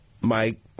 Mike